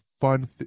fun